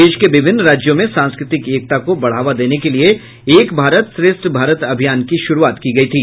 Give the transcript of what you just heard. देश के विभिन्न राज्यों में सांस्कृतिक एकता को बढ़ावा देने के लिए एक भारत श्रेष्ठ भारत अभियान की शुरूआत की गई थी